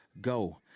go